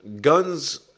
guns